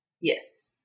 Yes